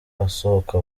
asohoka